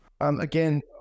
Again